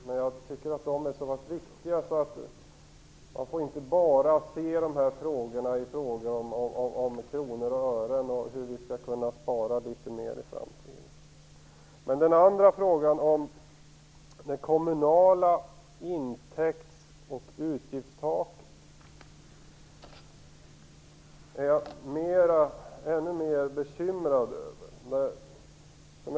Men jag tycker att dessa frågor är så pass viktiga att de inte bara får ses i kronor och ören och hur vi skall kunna spara litet mer i framtiden. Den andra frågan om de kommunala intäkts och utgiftstaken är jag ännu mer bekymrad över.